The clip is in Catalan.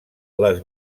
les